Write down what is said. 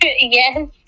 Yes